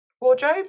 wardrobe